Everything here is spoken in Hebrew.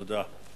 תודה.